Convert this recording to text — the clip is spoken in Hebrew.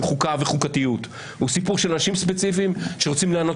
חוקה וחוקתיות אלא הוא סיפור של אנשים ספציפיים שרוצים ליהנות